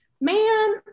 man